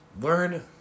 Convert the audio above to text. Learn